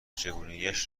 چگونگیاش